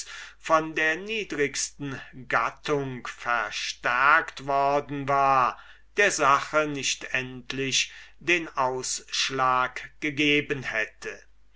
von der niedrigsten gattung verstärkt worden war der sache nicht endlich den ausschlag gegeben hätte